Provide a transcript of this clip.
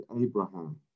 Abraham